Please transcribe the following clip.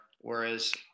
whereas